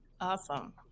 Awesome